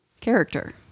character